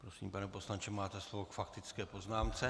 Prosím, pane poslanče, máte slovo k faktické poznámce.